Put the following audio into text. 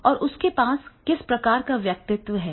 और उसके पास किस प्रकार का व्यक्तित्व है